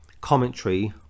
commentary